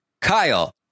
kyle